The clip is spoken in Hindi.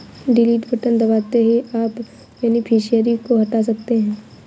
डिलीट बटन दबाते ही आप बेनिफिशियरी को हटा सकते है